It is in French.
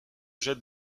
jette